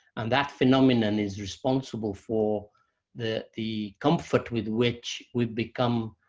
and that phenomenon is responsible for the the comfort with which we've become,